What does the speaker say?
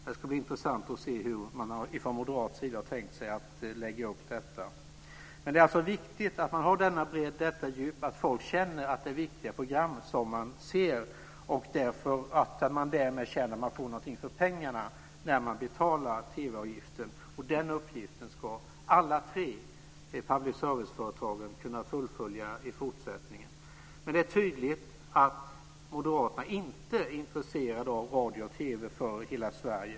Det ska bli intressant att se hur man från moderat sida har tänkt sig att lägga upp detta. Det är viktigt att ha denna bredd och detta djup, så att folk känner att det är viktiga program som man ser och därmed känner att man får någonting för pengarna när man betalar TV-avgiften. Den uppgiften ska alla tre public service-företagen kunna fullfölja i fortsättningen. Det är tydligt att Moderaterna inte är intresserade av radio och TV för hela Sverige.